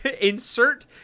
Insert